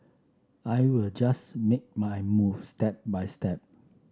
I will just make my move step by step